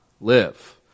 live